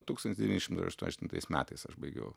tūkstantis devyni šimtai aštuom aštuntais metais aš baigiau